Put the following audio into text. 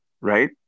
right